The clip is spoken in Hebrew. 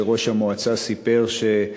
שם ראש המועצה סיפר שלוקח,